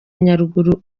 nyaruguru